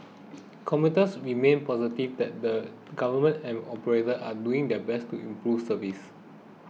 commuters remained positive that the Government and operators are doing their best to improve service